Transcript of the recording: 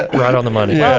right on the money. yeah